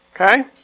Okay